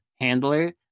handler